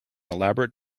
elaborate